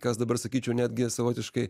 kas dabar sakyčiau netgi savotiškai